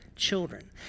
children